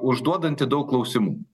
užduodanti daug klausimų